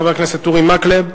חבר הכנסת אורי מקלב.